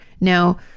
Now